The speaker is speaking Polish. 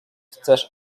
chcesz